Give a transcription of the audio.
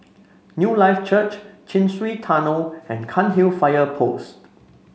Newlife Church Chin Swee Tunnel and Cairnhill Fire Post